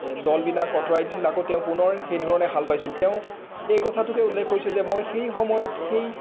এই দলবিলাক আঁতৰাই দিছিল আকৌ তেওঁ পুনৰ সেইধৰণে হাল বাইছিল তেওঁ সেই কথাটোকে উল্লেখ কৰিছে যে মই সেই সময়ত সেই